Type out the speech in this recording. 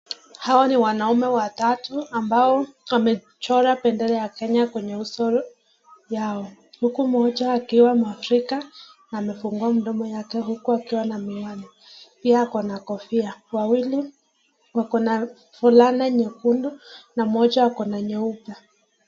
Hawa ni wanaume watatu ambao wamechora bendera ya Kenya kwenye uso yao, huku mmoja akiwa mwafrika amefungua mdomo yake huku akiwa na miwani, pia ako na kofia, wawili wako na fulana nyekundu na mmoja ako na nyeupe.